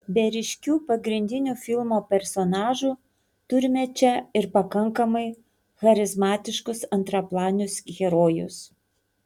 be ryškių pagrindinių filmo personažų turime čia ir pakankamai charizmatiškus antraplanius herojus